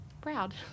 proud